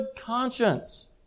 conscience